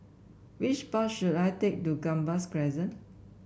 which bus should I take to Gambas Crescent